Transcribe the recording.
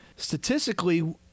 Statistically